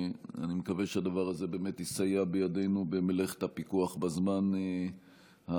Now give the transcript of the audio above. ואני מקווה שהדבר הזה באמת לסייע בידנו במלאכת הפיקוח בזמן הנוכחי.